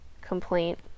complaint